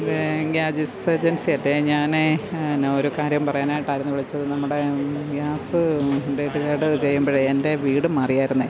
gas agency അല്ലേ ഞാൻ എന്ന ഒരു കാര്യം പറയാനായിട്ടാരുന്നു വിളിച്ചത് നമ്മുടെ ഗ്യാസ് ചെയ്യുമ്പോഴേ എൻറെ വീട് മാറിയായിരുന്നു